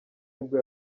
nibwo